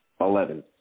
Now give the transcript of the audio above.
Eleven